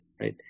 Right